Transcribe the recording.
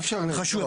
אי אפשר לקבוע,